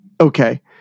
Okay